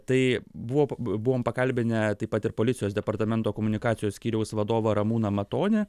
tai buvo buvom pakalbinę taip pat ir policijos departamento komunikacijos skyriaus vadovą ramūną matonį